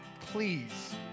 Please